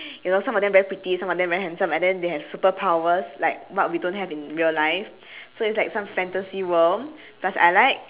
you know some of them very pretty some of them very handsome and then they have superpowers like what we don't have in real life so it's like some fantasy world plus I like